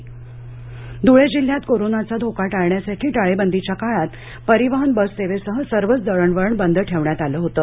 ST bus Dhule जिल्ह्यात कोरोनाचा धोका टाळण्यासाठी टाळेबंदीच्या काळात परिवहन बससेवेसह सर्वच दळणवळण बंद ठेवण्यात आलं होतं